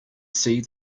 see